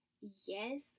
Yes